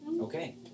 Okay